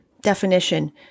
definition